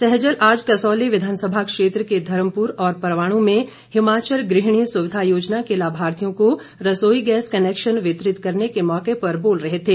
सहजल आज कसौली विधानसभा क्षेत्र के धर्मपुर और परवाणु में हिमाचल गृहिणी सुविधा योजना के लाभार्थियों को रसोई गैस कनैक्शन वितरित करने के मौके पर बोल रहे थे